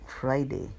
Friday